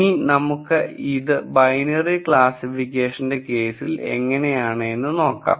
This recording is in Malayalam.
ഇനി നമുക്ക് ഇത് ബൈനറി ക്ലാസ്സിഫിക്കേഷന്റെ കേസിൽ എങ്ങനെയാണെന്ന് നോക്കാം